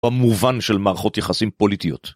במובן של מערכות יחסים פוליטיות.